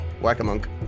Whack-a-Monk